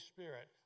Spirit